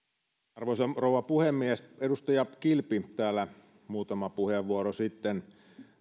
arvoisa rouva puhemies edustaja kilpi täällä muutama puheenvuoro sitten